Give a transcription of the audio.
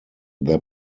their